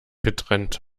getrennt